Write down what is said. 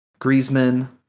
Griezmann